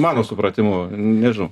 mano supratimu nežinau